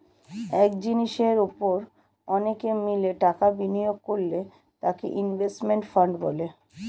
এক জিনিসের উপর অনেকে মিলে টাকা বিনিয়োগ করলে তাকে ইনভেস্টমেন্ট ফান্ড বলে